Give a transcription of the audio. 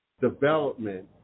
development